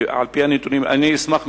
אני אשמח מאוד,